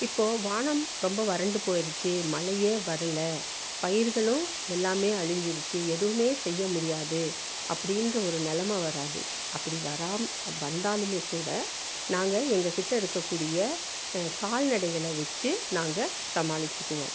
இப்போது வானம் ரொம்ப வறண்டு போய்ருச்சி மழையே வரல பயிர்களும் எல்லாம் அழிஞ்சுருச்சி எதுவும் செய்யமுடியாது அப்படின்ற ஒரு நெலமை வராது அப்படி வந்தாலும் கூட நாங்கள் எங்கக்கிட்டே இருக்கக்கூடிய கால்நடைகளை வைச்சி நாங்கள் சமாளிச்சுக்குவோம்